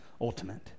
ultimate